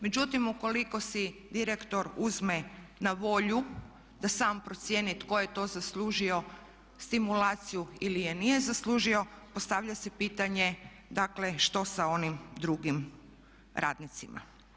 Međutim, ukoliko si direktor uzme na volju da sam procijeni tko je to zaslužio stimulaciju ili je nije zaslužio, postavlja se pitanje, dakle što sa onim drugim radnicima.